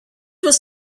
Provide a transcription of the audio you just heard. was